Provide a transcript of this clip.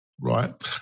Right